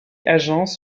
agents